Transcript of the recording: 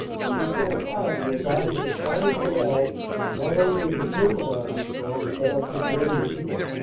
and would go far to revive the declining morale not only of the german army but of the german people.